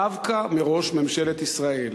דווקא מראש ממשלת ישראל,